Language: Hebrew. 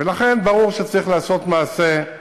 ולכן, ברור שצריך לעשות מעשה,